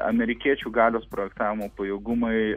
amerikiečių galios projektavimų pajėgumai